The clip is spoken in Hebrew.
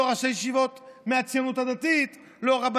לא ראשי ישיבות מהציונות הדתית,